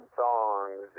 songs